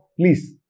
please